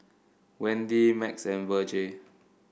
Wendi Max and Virge